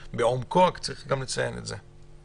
לעומקו, אבל צריך לציין את זה.